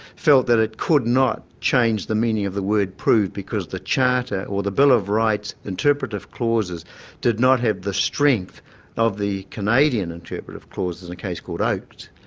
felt that it could not change the meaning of the word prove because the charter or the bill of rights interpretative clauses did not have the strength of the canadian interpretative clauses in a case called oaked,